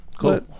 Cool